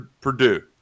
Purdue